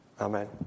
Amen